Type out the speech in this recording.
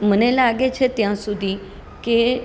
મને એ લાગે છે ત્યાં સુધી કે